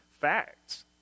Facts